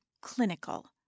clinical